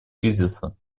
кризиса